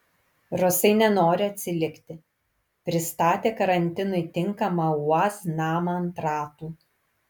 rusai nenori atsilikti pristatė karantinui tinkamą uaz namą ant ratų